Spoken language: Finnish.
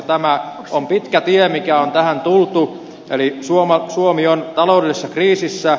tämä on pitkä tie miten tähän on tultu eli suomi on taloudellisessa kriisissä